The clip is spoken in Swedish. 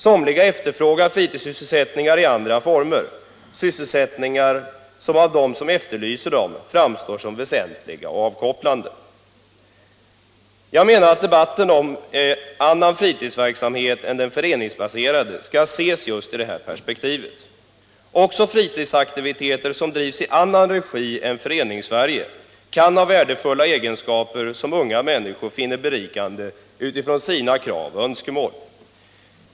Somliga efterfrågar fritidssysselsättningar i andra former, sysselsättningar som av dem som efterlyser dem framstår såsom väsentliga och avkopplande. Jag menar att debatten om annan fritidsverksamhet än den föreningsbaserade skall ses just i detta perspektiv. Också fritidsaktiviteter som drivs i annan regi än Föreningssverige kan ha värdefulla egenskaper som unga människor finner berikande utifrån sina krav och önskemål.